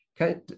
Okay